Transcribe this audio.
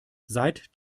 seit